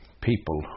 people